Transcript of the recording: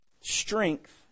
strength